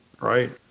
Right